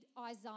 Isaiah